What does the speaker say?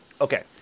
okay